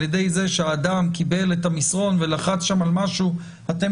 ידי זה שאדם קיבל את המסרון ולחץ שם על משהו אתם